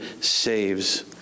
saves